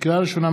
לקריאה ראשונה,